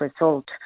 result